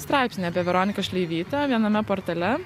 straipsnį apie veroniką šleivytę viename portale